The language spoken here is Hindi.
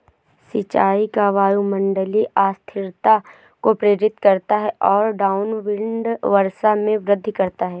सिंचाई का वायुमंडलीय अस्थिरता को प्रेरित करता है और डाउनविंड वर्षा में वृद्धि करता है